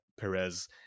Perez